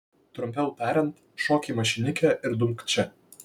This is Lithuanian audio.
trumpiau tariant šok į mašinikę ir dumk čia